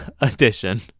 Edition